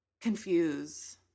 confuse